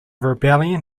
rebellion